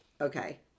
okay